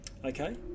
Okay